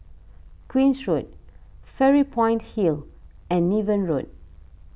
Queen's Road Fairy Point Hill and Niven Road